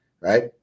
right